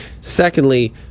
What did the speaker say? Secondly